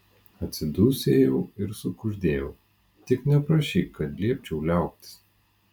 atsidūsėjau ir sukuždėjau tik neprašyk kad liepčiau liautis